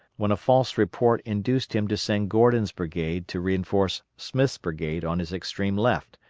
when a false report induced him to send gordon's brigade to reinforce smith's brigade on his extreme left,